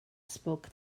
spoke